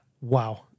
Wow